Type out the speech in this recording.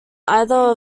either